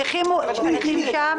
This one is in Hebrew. הנכים שם,